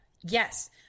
Yes